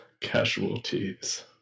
casualties